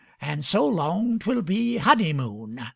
and so long twill be honey-moon.